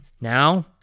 Now